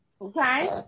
Okay